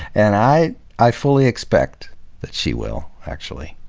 and i i fully expect that she will, actually.